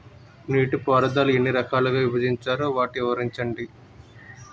నీటిపారుదల ఎన్ని రకాలుగా విభజించారు? వాటి వివరించండి?